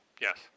Yes